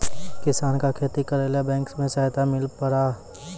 किसान का खेती करेला बैंक से सहायता मिला पारा?